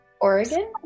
Oregon